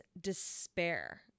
despair